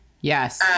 Yes